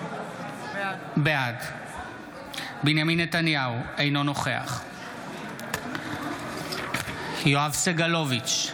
בעד בנימין נתניהו, אינו נוכח יואב סגלוביץ'